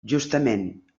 justament